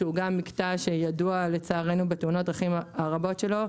שהוא גם מקטע שידוע לצערנו בתאונות הדרכים הרבות שלו,